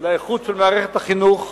לאיכות של מערכת החינוך,